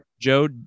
Joe